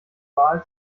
wahl